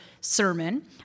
sermon